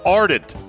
ardent